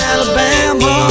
Alabama